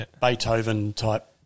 Beethoven-type